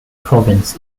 province